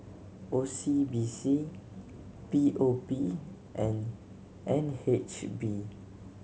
O C B C P O P and N H B